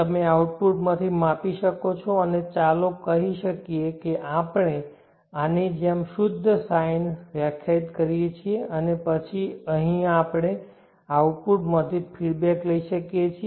તમે આઉટપુટમાંથી માપી શકો છો અને ચાલો કહી શકીએ કે આપણે આની જેમ શુદ્ધ સાઇન વ્યાખ્યાયિત કરીએ છીએ અને પછી આપણે અહીં આઉટપુટમાંથી ફીડબેકલઈ શકીએ છીએ